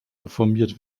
reformiert